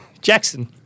Jackson